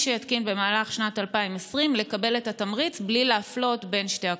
שיתקין במהלך שנת 2020 לקבל את התמריץ בלי להפלות בין שתי הקבוצות.